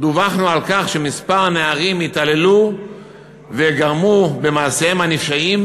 דווחנו שכמה נערים התעללו וגרמו במעשיהם הנפשעים